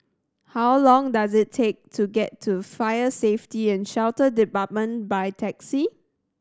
how long does it take to get to Fire Safety And Shelter Department by taxi